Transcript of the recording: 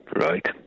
right